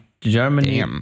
Germany